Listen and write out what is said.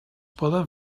poden